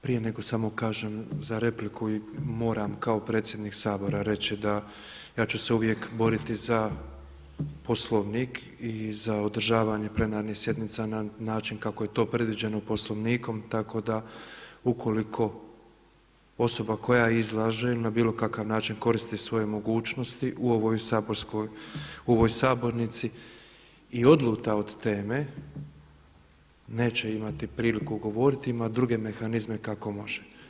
Prije nego samo kažem za repliku moram kao predsjednik Sabora reći da ja ću se uvijek boriti za Poslovnik i za održavanje plenarnih sjednica na način kako je to predviđeno Poslovnikom, tako da ukoliko osoba koja izlaže ili na bilo kakav način koristi svoje mogućnosti u ovoj Sabornici i odluta od teme neće imati priliku govoriti, ima druge mehanizme kako može.